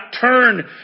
turn